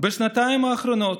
בשנתיים האחרונות,